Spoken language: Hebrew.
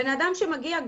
בן אדם שמגיע,